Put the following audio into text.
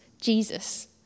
Jesus